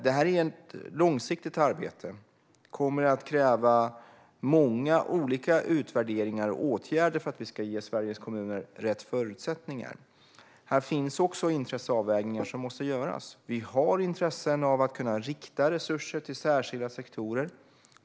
Detta är ett långsiktigt arbete. Det kommer att krävas många olika utvärderingar och åtgärder för att vi ska ge Sveriges kommuner rätt förutsättningar. Här finns också intresseavvägningar som måste göras. Vi har intresse av att kunna rikta resurser till särskilda sektorer.